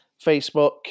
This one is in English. Facebook